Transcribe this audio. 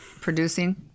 producing